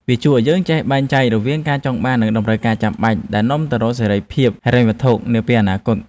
វាជួយឱ្យយើងចេះបែងចែករវាង ការចង់បាន និង តម្រូវការចាំបាច់ ដែលនាំទៅរកសេរីភាពហិរញ្ញវត្ថុនាពេលអនាគត។